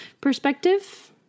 perspective